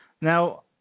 Now